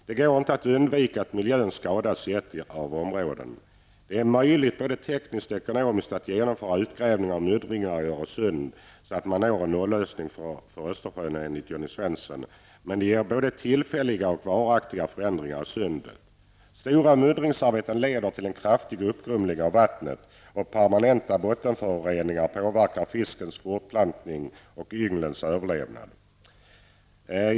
Det går inte att undvika att miljön skadas i ett av områdena. Det är möjligt både tekniskt och ekonomiskt att genomföra utgrävningar och muddringar i Öresund, så att man når en noll-lösning för Östersjön, menar Jonny Svensson, men det ger både tillfälliga och varaktiga förändringar i sundet. Stora muddringsarbeten leder till kraftig uppgrumling av vattnet, och permanenta bottenförändringar påverkar fiskens fortplantning och ynglens överlevnad.